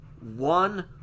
One